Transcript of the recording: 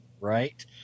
Right